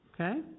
Okay